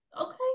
okay